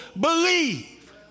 believe